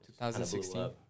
2016